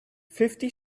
fifty